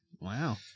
wow